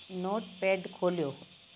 note pad खोलियो